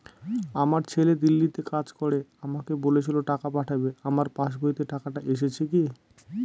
আমার ছেলে দিল্লীতে কাজ করে আমাকে বলেছিল টাকা পাঠাবে আমার পাসবইতে টাকাটা এসেছে কি?